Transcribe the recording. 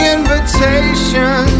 Invitation